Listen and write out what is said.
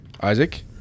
Isaac